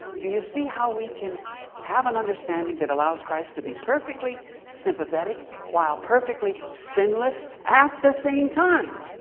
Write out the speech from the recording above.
do you see how we can have an understanding that allows christ to be perfectly sympathetic while perfectly sinless at the same time?